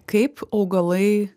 kaip augalai